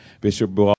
Bishop